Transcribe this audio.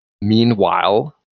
Meanwhile